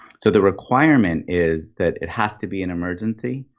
so the requirement is that it has to be an emergency.